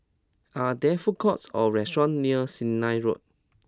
are there food courts or restaurants near Sennett Road